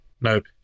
Nope